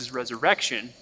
resurrection